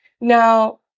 Now